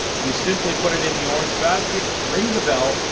you simply put it in the orange basket, ring the bell,